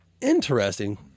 interesting